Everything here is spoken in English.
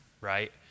right